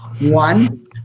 one